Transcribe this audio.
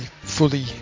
fully